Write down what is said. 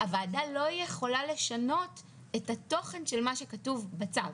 הוועדה לא יכולה לשנות את התוכן של מה שכתוב בצו.